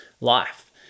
life